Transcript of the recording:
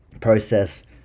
Process